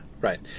right